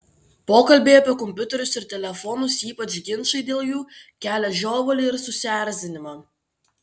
pokalbiai apie kompiuterius ir telefonus ypač ginčai dėl jų kelia žiovulį ir susierzinimą